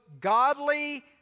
godly